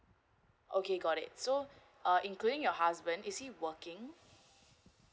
okay got it so uh including your husband is he working